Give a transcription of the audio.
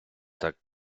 так